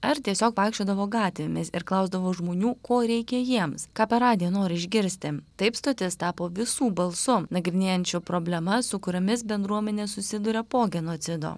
ar tiesiog vaikščiodavo gatvėmis ir klausdavo žmonių ko reikia jiems ką per radiją nori išgirsti taip stotis tapo visų balsų nagrinėjančiu problemas su kuriomis bendruomenė susiduria po genocido